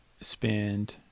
spend